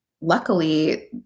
luckily